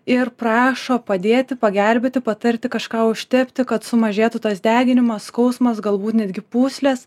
ir prašo padėti pagelbėti patarti kažką užtepti kad sumažėtų tas deginimas skausmas galbūt netgi pūslės